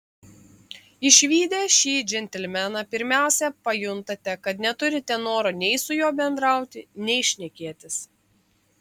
išvydę šį džentelmeną pirmiausia pajuntate kad neturite noro nei su juo bendrauti nei šnekėtis